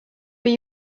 but